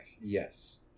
Yes